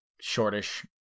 shortish